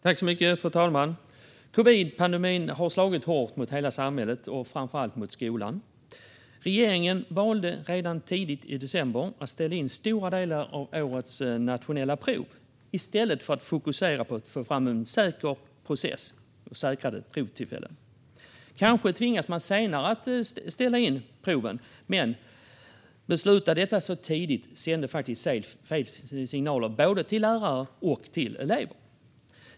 Fru talman! Covidpandemin har slagit hårt mot hela samhället och framför allt mot skolan. Regeringen valde redan tidigt i december att ställa in stora delar av årets nationella prov i stället för att fokusera på att få fram en säker process och säkra provtillfällen. Kanske hade man senare tvingats ställa in proven, men att besluta det så tidigt sände fel signaler till både lärare och elever.